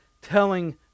telling